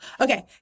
Okay